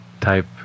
type